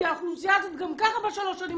כי האוכלוסייה הזאת גם ככה בשלוש שנים